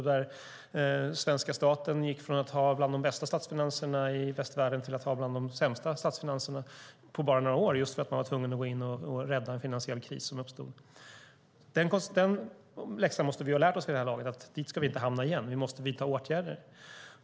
Svenska staten gick från att ha bland de bästa statsfinanserna i västvärlden till att ha bland de sämsta statsfinanserna på bara några år just för att man var tvungen att gå in och rädda i en finansiell kris som uppstod. Den läxan måste vi ha lärt oss vid det här laget. Där ska vi inte hamna igen. Vi måste vidta åtgärder.